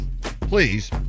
Please